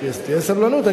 סבלנות,